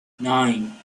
nine